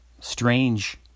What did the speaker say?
strange